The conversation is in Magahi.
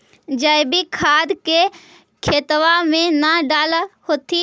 जैवीक खाद के खेतबा मे न डाल होथिं?